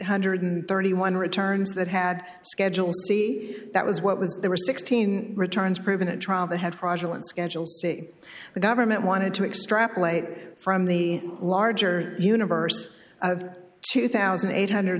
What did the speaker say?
hundred and thirty one returns that had a schedule c that was what was there were sixteen returns proven at trial that had fraudulent schedule say the government wanted to extrapolate from the larger universe of two thousand eight hundred